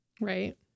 Right